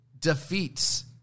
defeats